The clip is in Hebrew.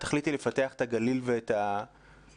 התכלית היא לפתח את הגליל ואת האזור,